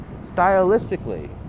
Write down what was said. Stylistically